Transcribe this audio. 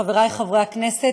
חברי חברי הכנסת,